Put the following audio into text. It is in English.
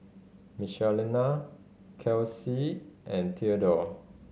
Michelina Kelsey and Theodore